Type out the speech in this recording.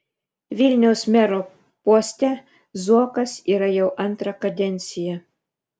vilniaus mero poste zuokas yra jau antrą kadenciją